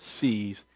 sees